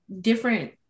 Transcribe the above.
different